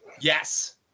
Yes